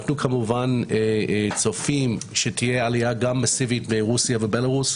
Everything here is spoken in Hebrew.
אנחנו כמובן צופים שתהיה עלייה מאסיבית גם מרוסייה ובלארוס.